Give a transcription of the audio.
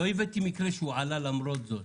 לא הבאתי מקרה שהוא עלה למרות זאת.